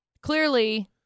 clearly